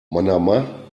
manama